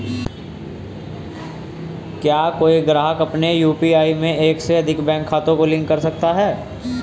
क्या कोई ग्राहक अपने यू.पी.आई में एक से अधिक बैंक खातों को लिंक कर सकता है?